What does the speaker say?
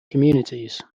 communities